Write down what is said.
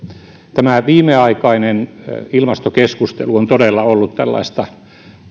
tämä viimeaikainen ilmastokeskustelu on todella ollut tällaista